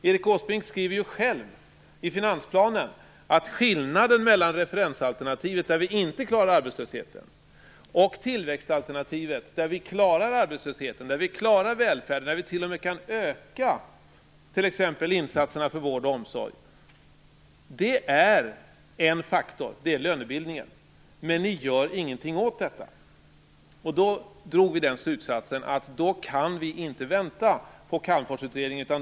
Erik Åsbrink skriver ju själv i finansplanen om skillnaden mellan referensalternativet, där vi inte klarar arbetslösheten, och tillväxtalternativet, där vi klarar arbetslösheten och välfärden och t.o.m. kan öka t.ex. insatserna för vård och omsorg. Lönebildningen är en faktor. Ni gör ingenting åt detta. Vi drog slutsatsen att vi inte kan vänta på Calmforsutredningen.